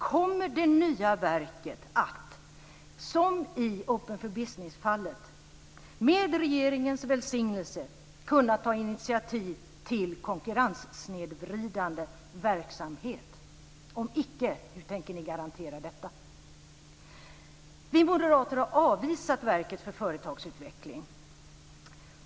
Kommer det nya verket att, som i Open for business-fallet, med regeringens välsignelse kunna ta initiativ till konkurrenssnedvridande verksamhet? Hur tänker ni, om så icke är fallet, garantera detta? Vi moderater har avvisat verket för företagsutveckling.